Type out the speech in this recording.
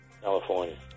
California